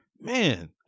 man